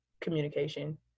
communication